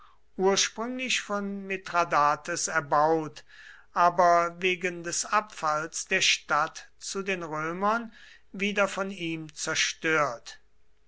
ursprünglich von mithradates erbaut aber wegen des abfalls der stadt zu den römern wieder von ihm zerstört